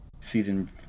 Season